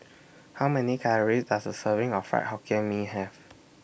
How Many Calories Does A Serving of Fried Hokkien Mee Have